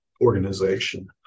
organization